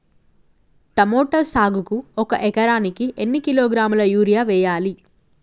Tomato సాగుకు ఒక ఎకరానికి ఎన్ని కిలోగ్రాముల యూరియా వెయ్యాలి?